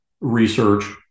research